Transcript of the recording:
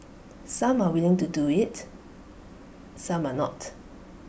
some are willing to do IT some are not